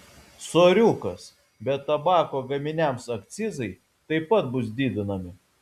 soriukas bet tabako gaminiams akcizai taip pat bus didinami